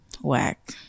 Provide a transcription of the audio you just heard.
whack